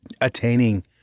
attaining